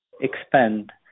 expand